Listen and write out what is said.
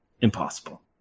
Impossible